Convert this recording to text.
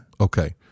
Okay